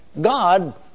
God